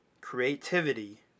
creativity